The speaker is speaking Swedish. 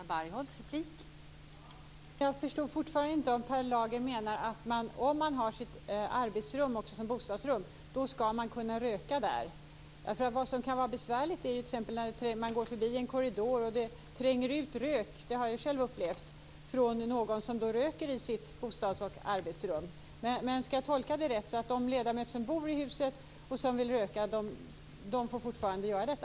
Fru talman! Jag förstod fortfarande inte om Per Lager menar att om man har sitt arbetsrum också som bostadsrum skall man kunna röka där. Vad som kan vara besvärligt är ju t.ex. när man går förbi en korridor och det tränger ut rök - det har jag själv upplevt - från någon som röker i sitt bostads och arbetsrum. Skall jag tolka Per Lager så att de ledamöter som bor i huset och som vill röka fortfarande får göra det?